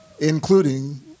including